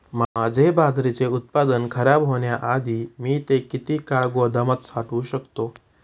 माझे बाजरीचे उत्पादन खराब होण्याआधी मी ते किती काळ गोदामात साठवू शकतो?